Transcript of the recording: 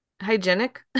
hygienic